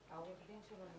עורך הדין שלו?